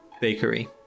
bakery